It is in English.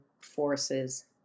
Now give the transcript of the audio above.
forces